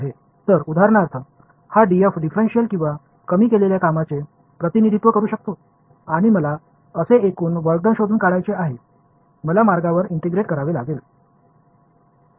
तर उदाहरणार्थ हा "df" डिफरेन्शिएल किंवा कमी केलेल्या कामांचे प्रतिनिधित्व करू शकतो आणि मला असे एकूण वर्कडन शोधून काढायचे आहे मला मार्गावर इंटिग्रेट करावे लागेल